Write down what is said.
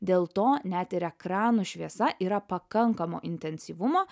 dėl to net ir ekranų šviesa yra pakankamo intensyvumo